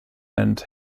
and